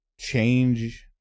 change